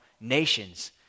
nations